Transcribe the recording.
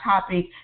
topic